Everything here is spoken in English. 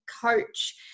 coach